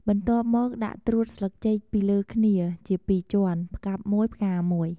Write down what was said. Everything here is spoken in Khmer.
បន្ទាប់មកដាក់ត្រួតស្លឹកចេកពីលើគ្នាជាពីរជាន់ ផ្កាប់មួយ ផ្ងារមួយ។